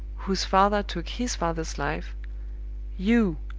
whose father took his father's life you,